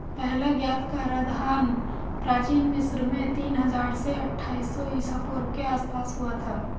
पहला ज्ञात कराधान प्राचीन मिस्र में तीन हजार से अट्ठाईस सौ ईसा पूर्व के आसपास हुआ था